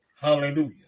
hallelujah